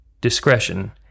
discretion